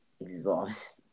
exhaust